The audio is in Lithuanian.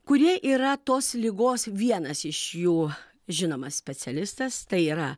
kurie yra tos ligos vienas iš jų žinomas specialistas tai yra